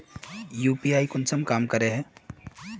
UPI कुंसम काम करे है?